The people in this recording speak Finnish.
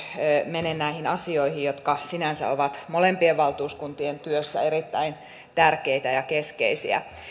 mene näihin asioihin jotka sinänsä ovat molempien valtuuskuntien työssä erittäin tärkeitä ja keskeisiä